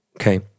okay